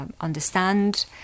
understand